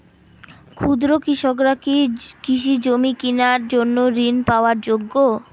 ক্ষুদ্র কৃষকরা কি কৃষিজমি কিনার জন্য ঋণ পাওয়ার যোগ্য?